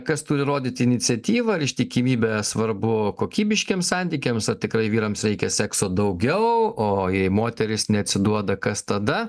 kas turi rodyti iniciatyvą ir ištikimybę svarbu kokybiškiems santykiams ar tikrai vyrams reikia sekso daugiau o jei moterys neatsiduoda kas tada